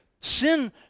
Sin